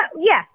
Yes